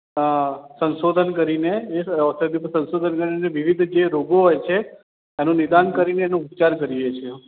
હા સંશોધન કરીને એ ઔષધી ઉપર સંશોધન કરીને વિવિધ જે રોગો હોય છે એનું નિદાન કરીને એનો ઉપચાર કરીએ છીએ